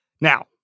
Now